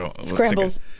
Scrambles